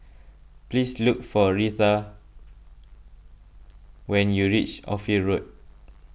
please look for Reatha when you reach Ophir Road